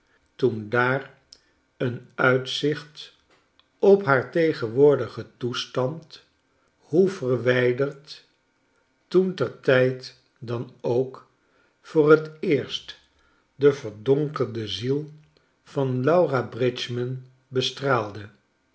toen daar een uitzicht op haar tegenwoordigen toestand hoe verwijderd toen ter tijd dan ook voor t eerst de verdonkerde ziel van laura bridgman bestraalde